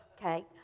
okay